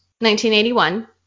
1981